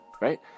right